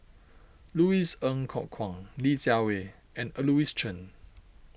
Louis Ng Kok Kwang Li Jiawei and Louis Chen